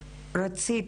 כן.